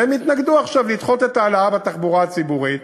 והם התנגדו עכשיו לדחות את העלאת המחירים בתחבורה הציבורית.